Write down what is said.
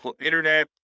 internet